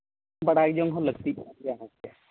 ᱵᱟᱲᱟᱭ ᱡᱚᱝ ᱦᱚᱸ ᱞᱟᱹᱠᱛᱤ ᱠᱟᱱᱟ ᱦᱮᱸᱥᱮ